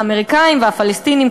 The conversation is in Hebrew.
האמריקניים והפלסטיניים,